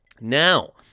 Now